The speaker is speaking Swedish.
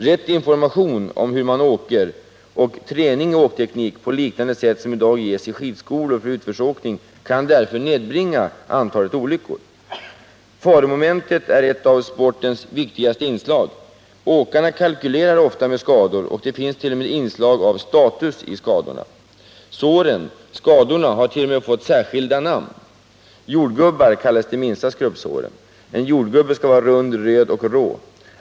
Rätt information om hur man åker och träning i åkteknik på liknande sätt som i Nr 50 dag ges i skidskolor för utförsåkning kan därför nedbringa antalet olyckor. Faromomentet är ett av sportens viktigaste inslag. Åkarna kalkylerar ofta med skador, och det finns t.o.m. inslag av status i skadorna. Såren hart.ex. fått särskilda namn. ”Jordgubbar” kallas de minsta skrubbsåren. En Om ökad säkerhet jordgubbe skall vara rund, röd och rå.